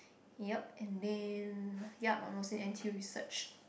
yup and then yup I'm also in N_T_U research